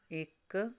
ਇੱਕ